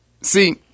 See